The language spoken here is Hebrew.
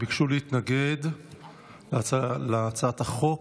ביקשו להתנגד להצעת החוק.